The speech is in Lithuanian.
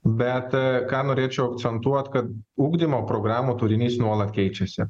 bet ką norėčiau akcentuot kad ugdymo programų turinys nuolat keičiasi